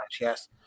yes